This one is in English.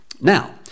Now